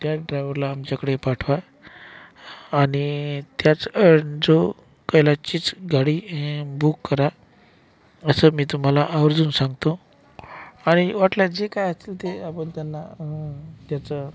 cab ड्रायवरला आमच्याकडे पाठवा आणि त्याचं जो कैलासचीच गाडी ए बुक करा असं मी तुम्हाला आवर्जून सांगतो आणि वाटल्यास जे काही असेल ते आपण त्यांना त्याचं